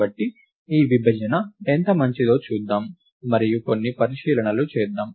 కాబట్టి ఈ విభజన ఎంత మంచిదో చూద్దాం మరియు కొన్ని పరిశీలనలు చేద్దాం